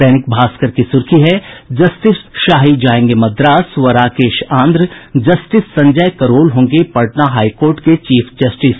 दैनिक भास्कर की सुर्खी है जस्टिस शाही जायेंगे मद्रास व राकेश आंध्र जस्टिस संजय करोल होंगे पटना हाईकोर्ट के चीफ जस्टिस